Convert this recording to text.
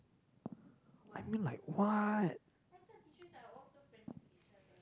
I mean like what